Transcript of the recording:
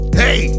hey